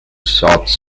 shops